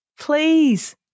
Please